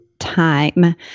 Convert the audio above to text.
time